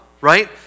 right